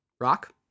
Rock